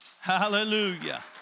Hallelujah